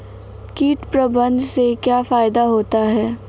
कीट प्रबंधन से क्या फायदा होता है?